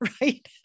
right